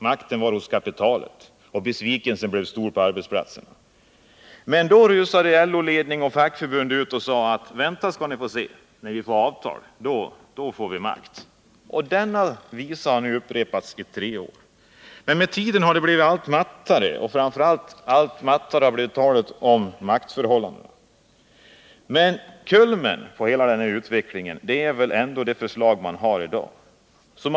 Makten var hos kapitalet, och besvikelsen blev stor på arbetsplatserna. Men då rusade LO-ledning och fackförbund ut och sade: Vänta skall ni få se! När vi fått ett avtal, då får vi makt. Denna visa har nu upprepats i tre år. Men med tiden har den blivit allt svagare, och framför allt har talet om ändrade maktförhållanden mattats. Kulmen på denna utveckling är väl ändå det förslag som LO och PTK har i dag.